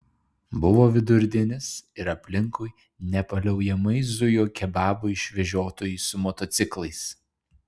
buvo vidurdienis ir aplinkui nepaliaujamai zujo kebabų išvežiotojai su motociklais